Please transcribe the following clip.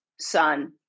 son